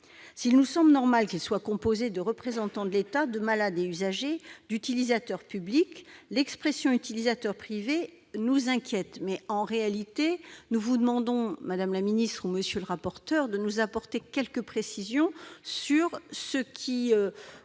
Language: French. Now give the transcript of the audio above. S'il nous semble normal qu'il soit composé de représentants de l'État, des malades et des usagers ou d'utilisateurs publics, l'expression « utilisateurs privés » nous inquiète. Nous vous demandons, madame la ministre, monsieur le rapporteur, de nous apporter quelques précisions sur ce que